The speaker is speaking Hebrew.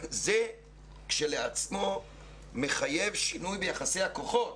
זה כשלעצמו מחייב שינוי ביחסי הכוחות.